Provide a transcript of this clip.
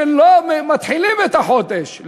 שלא מתחילים את החודש,